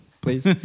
please